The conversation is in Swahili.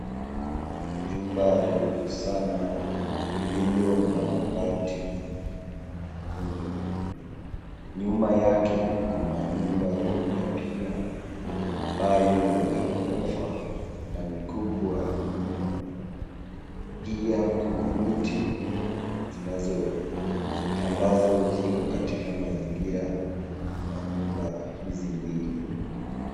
Jumba refu sana lililo na mabati nyekundu. Nyuma yake kuna nyumba kubwa pia ambayo ni la ghorofa na ni kubwa mno. Pia kuna miti ambazo ziko katika mazingira ya nyumba hizi mbili.